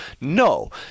No